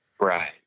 right